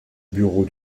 bureau